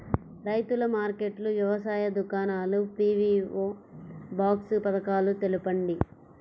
రైతుల మార్కెట్లు, వ్యవసాయ దుకాణాలు, పీ.వీ.ఓ బాక్స్ పథకాలు తెలుపండి?